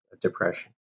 depression